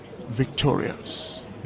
victorious